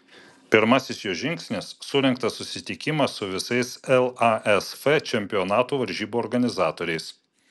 pirmasis jo žingsnis surengtas susitikimas su visais lasf čempionatų varžybų organizatoriais